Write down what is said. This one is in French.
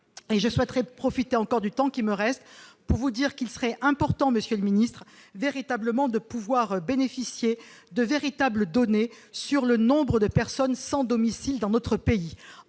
je souhaiterais profiter encore du temps qui me reste pour vous dire qu'il serait important, Monsieur le Ministre, véritablement, de pouvoir bénéficier de véritables données sur le nombre de personnes sans domicile dans notre pays,